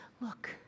Look